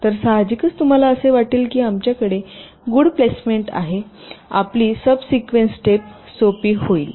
तर साहजिकच तुम्हाला असे वाटेल की आमच्याकडे गुड प्लेसमेंट आहे आपली सबसिक्वेन्स स्टेप सोपी होईल